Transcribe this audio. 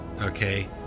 okay